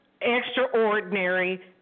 Extraordinary